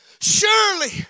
Surely